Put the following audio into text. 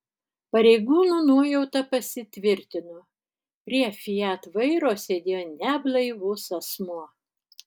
pareigūnų nuojauta pasitvirtino prie fiat vairo sėdėjo neblaivus asmuo